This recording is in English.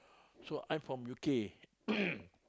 so I'm from U_K